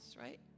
right